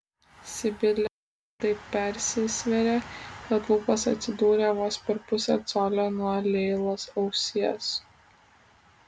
sibilė taip persisvėrė kad lūpos atsidūrė vos per pusę colio nuo leilos ausies